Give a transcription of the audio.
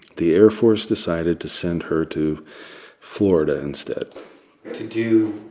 the air force decided to send her to florida instead to do.